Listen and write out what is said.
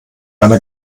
einer